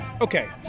Okay